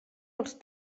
els